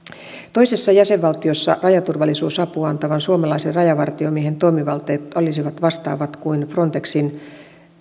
toisessa jäsenvaltiossa rajaturvallisuusapua antavan suomalaisen rajavartiomiehen toimivaltuudet olisivat vastaavat kuin frontexin